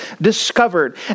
discovered